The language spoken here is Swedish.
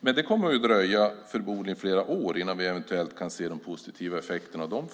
men det kommer förmodligen att dröja flera år innan vi eventuellt kan se de positiva effekterna av dem.